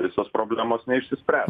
visos problemos neišsispręs